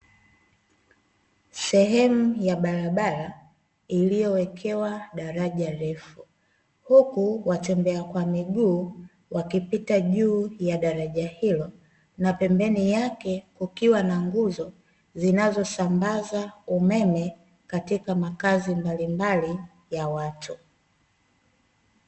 Sehemu ya barabara iliyowekewa daraja refu, huku watembea kwa miguu wakipita juu ya daraja hilo, na pembeni yake kukiwa na nguzo zinazosambaza umeme katika makazi mbalimbali ya watu.